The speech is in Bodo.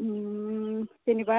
जेन'बा